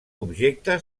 objecte